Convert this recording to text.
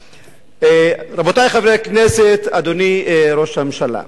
רבותי חברי הכנסת, אדוני ראש הממשלה,